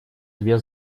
две